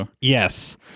yes